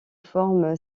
forme